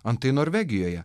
antai norvegijoje